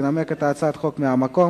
ינמק את הצעת החוק מהמקום